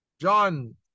John